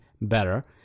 Better